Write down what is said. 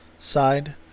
Side